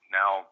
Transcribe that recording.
now